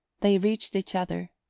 they reached each other,